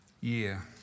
year